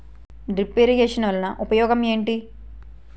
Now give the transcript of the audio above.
drip irrigation వలన ఉపయోగం ఏంటి